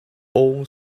old